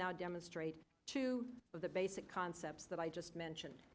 now demonstrate to the basic concepts that i just mentioned